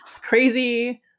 crazy